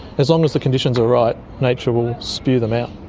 as long as the conditions are right, nature will spew them out.